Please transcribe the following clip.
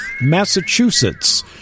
Massachusetts